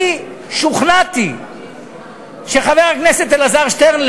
אני שוכנעתי שחבר הכנסת אלעזר שטרן,